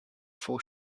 four